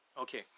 Okay